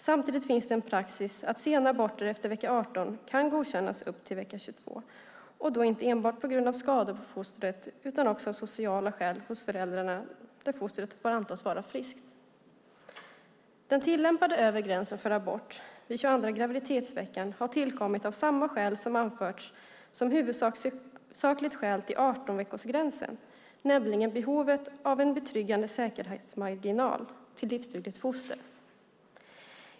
Samtidigt finns det en praxis att sena aborter efter vecka 18 kan godkännas ända upp till vecka 22, och då inte enbart på grund av skador på fostret utan också av sociala skäl hos föräldrarna där fostret får antas vara friskt. Den tillämpade övre gränsen för abort i 22:a graviditetsveckan har tillkommit av samma skäl som anförts som huvudsakligt skäl till 18-veckorsgränsen, nämligen behovet av en betryggande säkerhetsmarginal till livsdugligt foster.